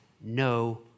no